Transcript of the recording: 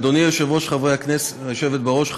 גברתי היושבת בראש,